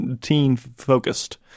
teen-focused